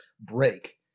break